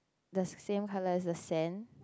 the same colour as the sand